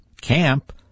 camp